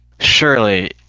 surely